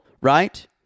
right